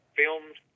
filmed